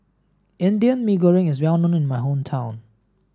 Indian Mee Goreng is well known in my hometown